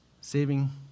Saving